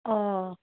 অঁ